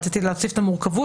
רציתי להוסיף למורכבות